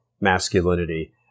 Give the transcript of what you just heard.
masculinity